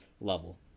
level